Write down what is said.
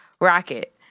Rocket